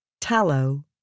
tallow